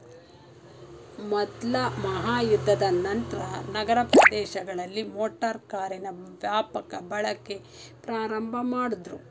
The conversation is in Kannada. ಮೊದ್ಲ ಮಹಾಯುದ್ಧದ ನಂತ್ರ ನಗರ ಪ್ರದೇಶಗಳಲ್ಲಿ ಮೋಟಾರು ಕಾರಿನ ವ್ಯಾಪಕ ಬಳಕೆ ಪ್ರಾರಂಭಮಾಡುದ್ರು